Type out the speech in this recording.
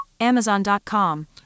amazon.com